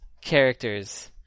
characters